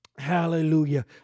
Hallelujah